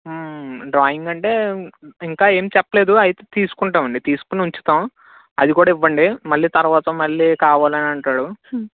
drawing అంటే ఇంకా ఏమి చెప్పలేదు అయితే తీసుకుంటాం అండి తీసుకొని ఉంచుతాం అది కూడా ఇవ్వండి మళ్ళీ తర్వాత మళ్ళీ కావాలని అంటాడు